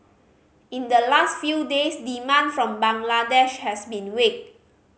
in the last few days demand from Bangladesh has been weak